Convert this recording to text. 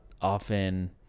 Often